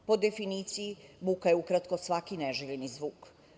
Po definiciji, buka je ukratko svaki neželjeni zvuk.